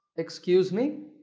excuse me?